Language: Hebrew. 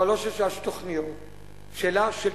כבר לא שאלה של תוכניות,